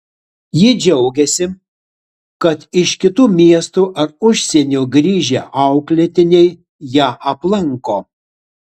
ji džiaugiasi kad iš kitų miestų ar užsienio grįžę auklėtiniai ją aplanko